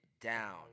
down